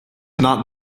not